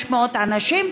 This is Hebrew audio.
2,600 אנשים,